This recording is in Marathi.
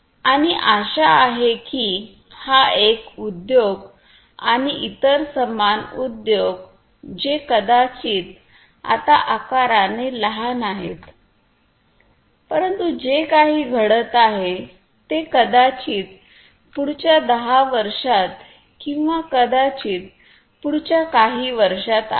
आणि आशा आहे की हा एक उद्योग आणि इतर समान उद्योग जे कदाचित आता आकाराने लहान आहेत परंतु जे काही घडत आहे ते कदाचित पुढच्या दहा वर्षांत किंवा कदाचित पुढच्या काही वर्षांत आहे